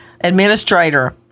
administrator